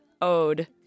ode